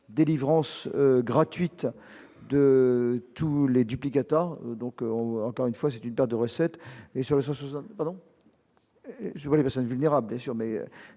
délivrance gratuite de tous les duplicatas donc on encore une fois, c'est une perte de recettes et sur le ce soir, je vois les personnes vulnérables assure mais